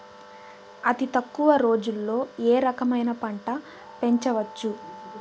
అతి తక్కువ రోజుల్లో ఏ రకమైన పంట పెంచవచ్చు?